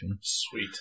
Sweet